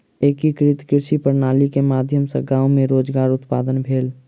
एकीकृत कृषि प्रणाली के माध्यम सॅ गाम मे रोजगार उत्पादन भेल